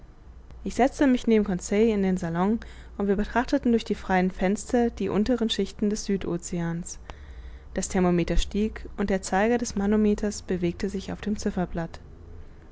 ich setzte mich nebst conseil in den salon und wir betrachteten durch die freien fenster die unteren schichten des süd oceans das thermometer stieg und der zeiger des manometers bewegte sich auf dem